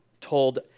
told